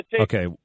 Okay